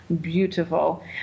beautiful